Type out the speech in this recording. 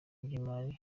by’imari